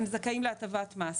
הם זכאים להטבת מס.